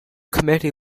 committee